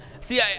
See